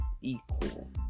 equal